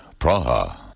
Praha